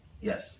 Yes